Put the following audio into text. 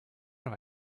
have